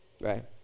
right